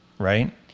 right